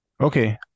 Okay